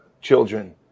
children